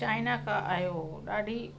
China खां आयो हो ॾाढी